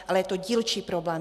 Ale je to dílčí problém.